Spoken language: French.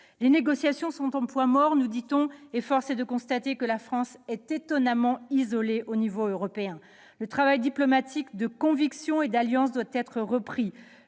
Les négociations sont au point mort, nous dit-on. Et force est de constater que la France est étonnamment isolée au niveau européen. Le travail diplomatique de conviction et d'alliance doit être repris